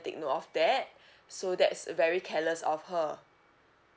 take note of that so that's a very careless of her